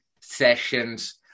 sessions